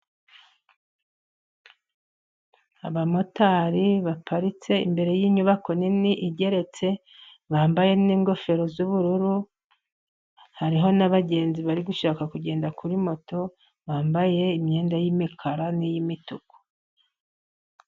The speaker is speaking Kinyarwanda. Abamotari baparitse imbere y'inyubako nini igeretse, bambaye n'ingofero z'ubururu hariho n'abagenzi bari gushaka kugenda kuri moto, bambaye imyenda y'imikara n'iy'imituku.